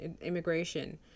immigration